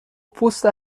پوست